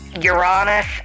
Uranus